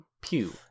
Pew